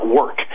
work